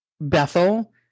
Bethel